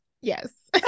Yes